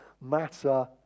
matter